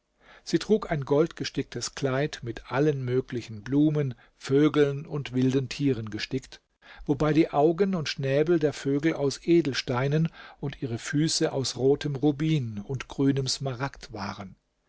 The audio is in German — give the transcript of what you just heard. sie trug ein goldgesticktes kleid mit allen möglichen blumen vögeln und wilden tieren gestickt wobei die augen und schnäbel der vögel aus edelsteinen und ihre füße aus rotem rubin und grünem smaragd waren